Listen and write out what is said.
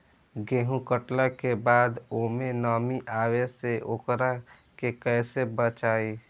गेंहू कटला के बाद ओमे नमी आवे से ओकरा के कैसे बचाई?